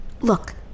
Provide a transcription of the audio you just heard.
Look